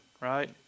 Right